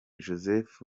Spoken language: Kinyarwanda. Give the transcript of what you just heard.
joseph